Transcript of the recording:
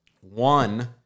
One